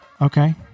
Okay